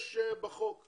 יש בחוק.